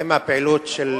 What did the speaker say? האם הפעילות של